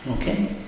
Okay